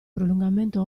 prolungamento